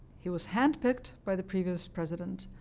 he was handpicked by the previous president.